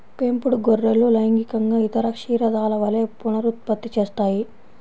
పెంపుడు గొర్రెలు లైంగికంగా ఇతర క్షీరదాల వలె పునరుత్పత్తి చేస్తాయి